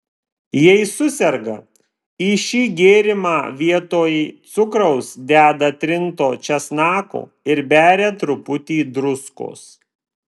jei suserga į šį gėrimą vietoj cukraus deda trinto česnako ir beria truputį druskos